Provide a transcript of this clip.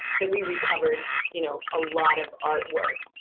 that we recovered you know a lot of art work.